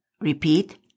Repeat